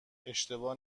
اشتباه